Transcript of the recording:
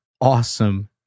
awesome